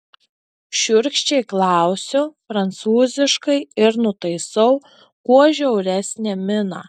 šiurkščiai klausiu prancūziškai ir nutaisau kuo žiauresnę miną